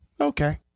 okay